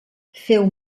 feu